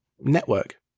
network